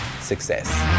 success